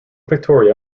victoria